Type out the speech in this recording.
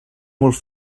molt